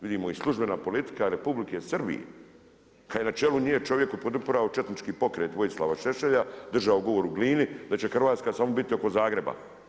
Vidimo i službena politika Republike Srbije kada je na čelu nje čovjek koji je podupirao četnički pokret Vojislava Šešelja, držao govor u Glini, da će Hrvatska samo biti oko Zagreba.